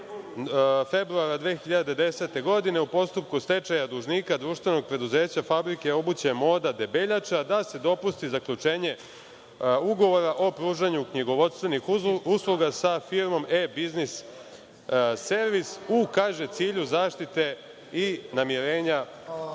februara 2010. godine, u postupku stečaja dužnika Društvenog preduzeća fabrike obuće „MODA“ Debeljača, da se dopusti zaključenje ugovora o pružanju knjigovodstvenih usluga sa firmom „E-biznis servis“ u, kaže, cilju zaštite i namirenja